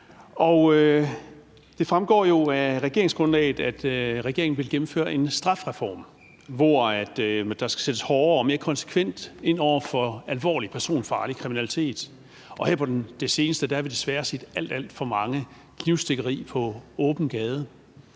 Det fremgår jo af regeringsgrundlaget, at regeringen vil gennemføre en strafreform, hvor der skal sættes hårdere og mere konsekvent ind over for alvorlig personfarlig kriminalitet. Her på det seneste har vi desværre set alt, alt for mange knivstikkerier på åben gade,